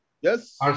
Yes